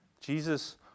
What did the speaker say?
Jesus